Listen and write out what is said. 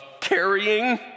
carrying